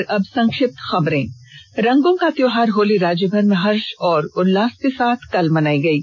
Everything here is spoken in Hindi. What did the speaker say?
और अब संक्षिप्त खबरें रंगों का त्योहार होली राज्यभर में हर्ष और उल्लास के साथ मनायी गयी